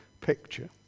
picture